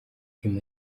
nyuma